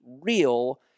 real